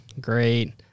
Great